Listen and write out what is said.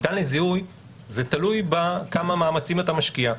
"ניתן לזיהוי" זה תלוי בכמה מאמצים אתה משקיע.